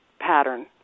pattern